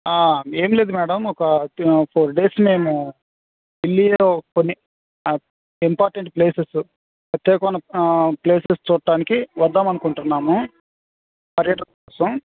ఏమీ లేదు మేడమ్ ఒక ఫోర్ డేస్ మేము ఢిల్లీ కొన్ని ఇంపార్టెంట్ ప్లేసెస్ ప్రత్యేకమైన ప్లేసెస్ చూడడానికి వద్దామని అనుకుంటున్నాము పర్యటన కోసం